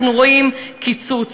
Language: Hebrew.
אנחנו רואים קיצוץ.